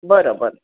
बरं बरं